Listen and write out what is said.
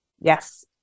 Yes